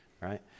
right